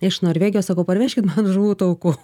iš norvegijos sakau parvežkit man žuvų taukų